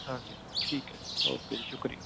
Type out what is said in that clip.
ਹਾਂਜੀ ਹਾਂਜੀ ਠੀਕ ਹੈ ਜੀ ਓਕੇ ਜੀ ਸ਼ੁਕਰੀਆ